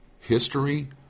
history